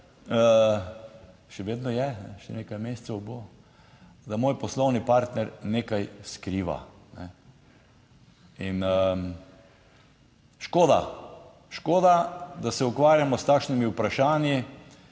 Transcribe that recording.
še vedno je, še nekaj mesecev bo, da moj poslovni partner nekaj skriva. In škoda, škoda, da se ukvarjamo s takšnimi vprašanji.